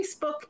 Facebook